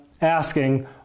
asking